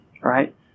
right